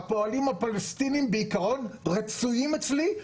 הפועלים הפלסטינים בעיקרון רצויים אצלי,